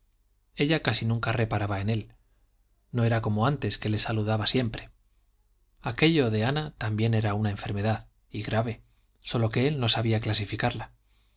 ella casi nunca reparaba en él no era como antes que le saludaba siempre aquello de ana también era una enfermedad y grave sólo que él no sabía clasificarla